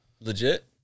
Legit